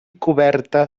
coberta